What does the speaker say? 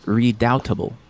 redoubtable